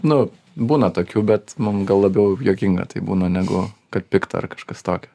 nu būna tokių bet mum gal labiau juokinga tai būna negu kad pikta ar kažkas tokio